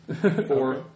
Four